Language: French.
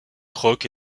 croc